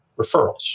referrals